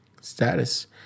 Status